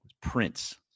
Prince